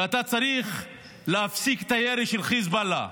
ואתה צריך להפסיק את הירי של חיזבאללה,